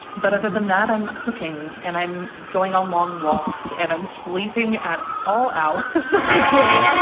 but other than that, i'm cooking and i'm going on long walks and i'm sleeping at all hours of the day.